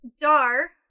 Dar